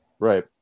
right